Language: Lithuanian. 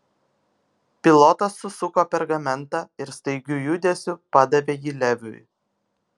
pilotas susuko pergamentą ir staigiu judesiu padavė jį leviui